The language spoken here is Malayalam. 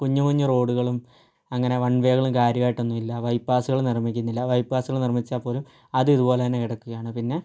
കുഞ്ഞു കുഞ്ഞു റോഡുകളും അങ്ങനെ വൺ വേകളും കാര്യമായിട്ടൊന്നുമില്ല ബൈപാസ്സുകൾ നിർമ്മിക്കുന്നില്ല ബൈപാസ്സുകൾ നിർമ്മിച്ചാൽ പോലും അത് ഇതുപോലെ തന്നെ കിടക്കുകയാണ് പിന്നെ